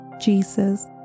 Jesus